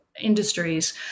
industries